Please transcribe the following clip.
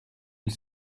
ils